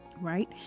right